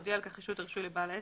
תודיע על כך רשות הרישוי לבעל העסק.